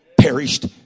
perished